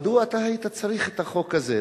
מדוע אתה היית צריך את החוק הזה?